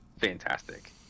fantastic